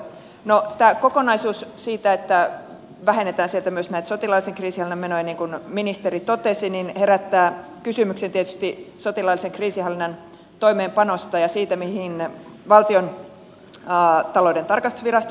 no tämä kokonaisuus siitä että vähennetään sieltä myös näitä sotilaallisen kriisinhallinnan menoja niin kuin ministeri totesi herättää kysymyksen tietysti sotilaallisen kriisinhallinnan toimeenpanosta ja siitä mihin valtiontalouden tarkastusvirastokin puuttui